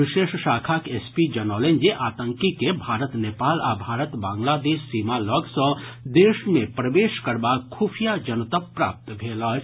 विशेष शाखाक एसपी जनौलनि जे आतंकी के भारत नेपाल आ भारत बांग्लादेश सीमा लग सँ देश मे प्रवेश करबाक खुफिया जनतब प्राप्त भेल अछि